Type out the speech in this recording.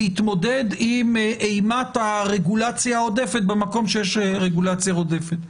להתמודד עם אימת הרגולציה העודפת במקום שיש רגולציה עודפת.